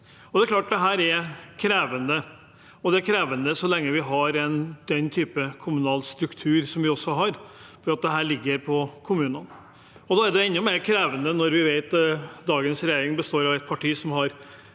Det er klart at dette er krevende, og det er krevende så lenge vi har den typen kommunal struktur som vi har, for dette ligger på kommunene. Det er enda mer krevende når vi vet at det i dagens regjering er et parti som har